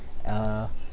uh